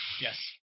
Yes